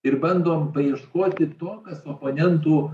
ir bandom paieškoti to kas oponentų